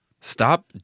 Stop